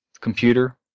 computer